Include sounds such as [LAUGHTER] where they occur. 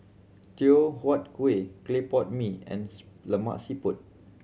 Teochew Huat Kueh clay pot mee and [UNINTELLIGIBLE] Lemak Siput